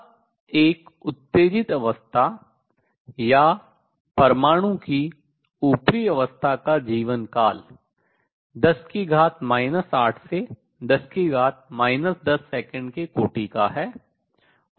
अब एक उत्तेजित अवस्था या परमाणु की ऊपरी अवस्था का जीवन काल 10 8 से 10 10 सेकंड के कोटि का है